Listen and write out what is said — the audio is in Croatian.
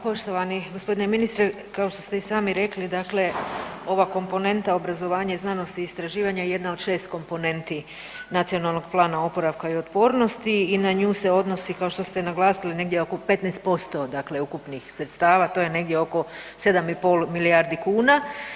Poštovani g. ministre, kao što ste i sami rekli, dakle ova komponenta obrazovanje, znanost i istraživanje je jedna od 6 komponenti Nacionalnog plana oporavka i otpornosti i na nju se odnosi kao što ste i naglasili negdje oko 15% dakle ukupnih sredstva, to je negdje oko 7,5 milijardi kuna.